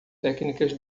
técnicas